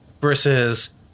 versus